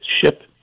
ship